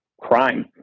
crime